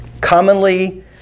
Commonly